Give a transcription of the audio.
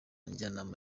njyanama